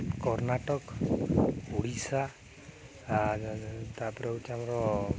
କର୍ଣ୍ଣାଟକ ଓଡ଼ିଶା ତା'ପରେ ହେଉଛି ଆମର